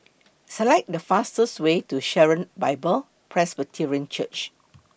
Select The fastest Way to Sharon Bible Presbyterian Church